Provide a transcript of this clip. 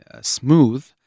smooth